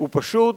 הוא פשוט